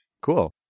Cool